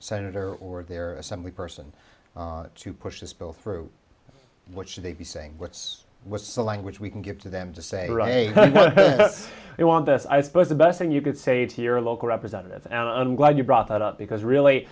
senator or their assembly person to push this bill through what should they be saying what's with the language we can give to them to say we want this i suppose the best thing you could say to your local representative and i'm glad you brought that up because really